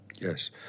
Yes